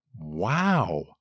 Wow